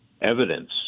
evidence